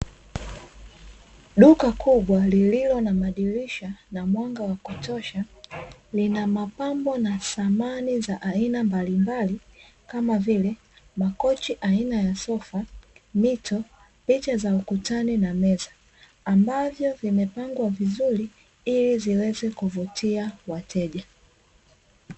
Duka kubwa lililo na madirisha na mwanga wa kutosha linamapambo na samani za aina mbalimbali kama vile makochi aina ya sofa, mito picha za ukutani na meza ambazo zimepangwa vizuri iliviweze kuvutia wateja.